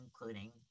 including